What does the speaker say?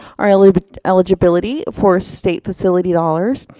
our like eligibility for state facility dollars.